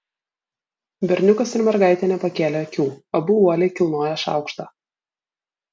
berniukas ir mergaitė nepakėlė akių abu uoliai kilnojo šaukštą